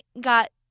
got